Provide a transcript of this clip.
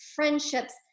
friendships